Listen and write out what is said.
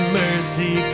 mercy